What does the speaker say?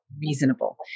reasonable